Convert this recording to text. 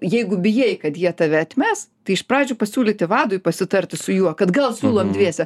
jeigu bijai kad jie tave atmes tai iš pradžių pasiūlyti vadui pasitarti su juo kad gal siūlom dviese